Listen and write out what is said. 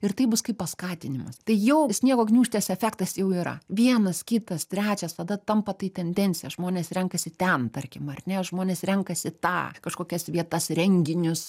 ir tai bus kaip paskatinimas tai jau sniego gniūžtės efektas jau yra vienas kitas trečias tada tampa tai tendencija žmonės renkasi ten tarkim ar ne žmonės renkasi tą kažkokias vietas renginius